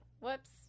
Whoops